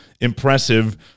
impressive